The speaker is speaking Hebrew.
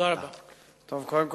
קודם כול,